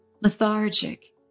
lethargic